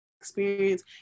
experience